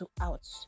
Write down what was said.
out